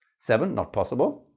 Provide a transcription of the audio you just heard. seven? not possible.